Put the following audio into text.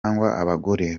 abagore